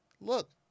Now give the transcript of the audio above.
Look